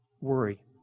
worry